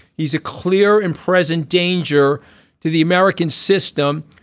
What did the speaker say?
he's a clear and present danger to the american system.